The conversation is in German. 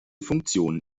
funktion